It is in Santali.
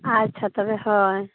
ᱟᱪᱪᱷᱟ ᱛᱚᱵᱮ ᱦᱳᱭ